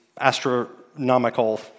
astronomical